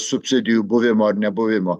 subsidijų buvimo ar nebuvimo